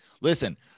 listen